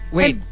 Wait